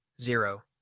Zero